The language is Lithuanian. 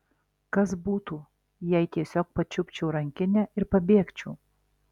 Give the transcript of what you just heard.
kas būtų jei tiesiog pačiupčiau rankinę ir pabėgčiau